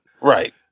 Right